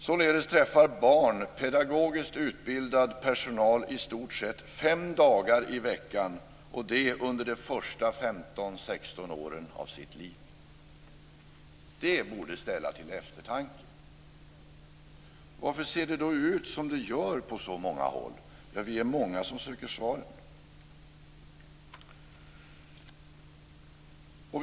Således träffar barn pedagogiskt utbildad personal i stort sett fem dagar i veckan under de första femton sexton åren av sitt liv. Det borde stämma till eftertanke. Varför ser det då ut som det gör på så många håll? Vi är många som söker svaren.